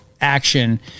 action